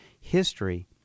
history